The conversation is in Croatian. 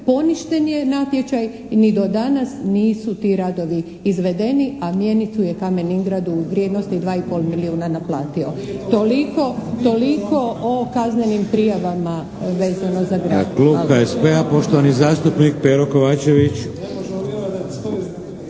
poništen je natječaj i ni do danas nisu ti radovi izvedeni a mjenicu je Kamen Ingrad u vrijednosti od 2 i pol milijuna naplatio. Toliko o kaznenim prijavama vezano za grad.